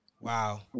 wow